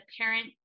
parent